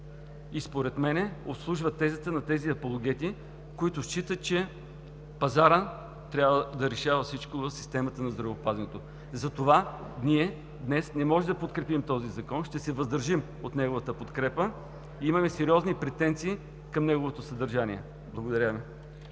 и според мен обслужва тезата на тези апологети, които считат, че пазарът трябва да решава всичко в системата на здравеопазването. Затова ние днес не можем да подкрепим този Закон. Ще се въздържим от неговата подкрепа. Имаме сериозни претенции към неговото съдържание. Благодаря Ви.